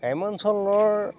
গ্ৰাম্য অঞ্চলৰ